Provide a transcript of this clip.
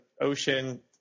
ocean